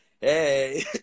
hey